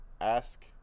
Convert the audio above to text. Ask